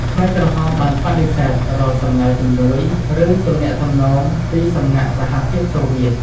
ខ្មែរក្រហមបានបដិសេធរាល់សំណើជំនួយ ឬទំនាក់ទំនងពីសំណាក់សហភាពសូវៀត។